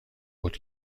بود